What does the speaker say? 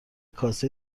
کاسه